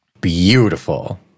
beautiful